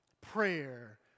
Prayer